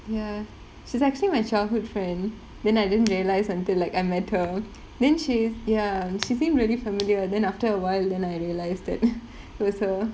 ya she's actually my childhood friend then I didn't realise until like I met her then she ya and she seemed really familiar then after awhile then I realised that it was her